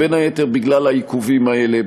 בין היתר בגלל העיכובים האלה.